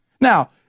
Now